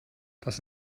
dass